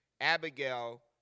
Abigail